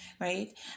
right